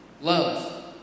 Love